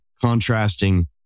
contrasting